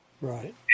Right